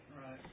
Right